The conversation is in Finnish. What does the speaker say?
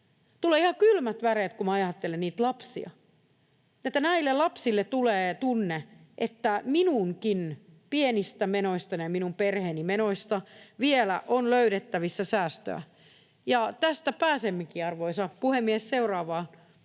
tulee ihan kylmät väreet, kun minä ajattelen niitä lapsia, kun näille lapsille tulee tunne, että minunkin pienistä menoistani ja minun perheeni menoista vielä on löydettävissä säästöä. Tästä pääsemmekin, arvoisa puhemies, seuraavaan